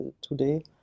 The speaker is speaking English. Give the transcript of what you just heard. today